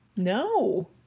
No